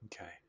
Okay